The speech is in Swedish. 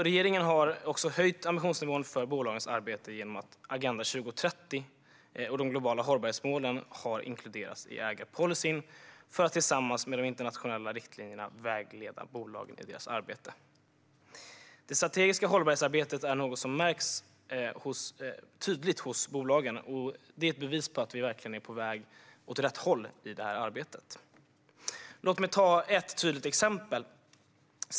Regeringen har höjt ambitionsnivån för bolagens arbete genom att Agenda 2030 och de globala hållbarhetsmålen har inkluderats i ägarpolicyn för att tillsammans med de internationella riktlinjerna vägleda bolagen i deras arbete. Det strategiska hållbarhetsarbetet är något som märks tydligt hos bolagen, och det är ett bevis på att vi verkligen är på väg åt rätt håll i detta arbete. Låt mig ta ett tydligt exempel.